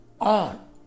on